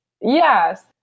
Yes